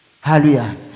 Hallelujah